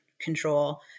control